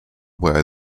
where